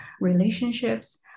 relationships